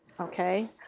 Okay